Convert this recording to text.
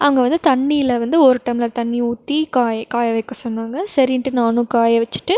அங்கே வந்து தண்ணியில் வந்து ஒரு டம்ளர் தண்ணி ஊற்றி காய காய வக்க சொன்னாங்க சரினுட்டு நானும் காயவச்சுட்டு